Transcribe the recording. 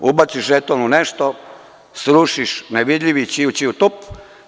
Ubaciš žeton u nešto, srušiš nevidljivi ćiu- ćiu tup.